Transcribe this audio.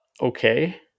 okay